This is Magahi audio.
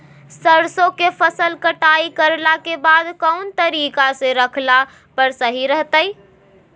सरसों के फसल कटाई करला के बाद कौन तरीका से रखला पर सही रहतय?